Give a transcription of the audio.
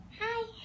Hi